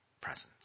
presence